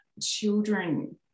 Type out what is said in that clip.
children